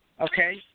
okay